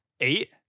eight